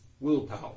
Willpower